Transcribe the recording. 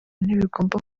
ntibigomba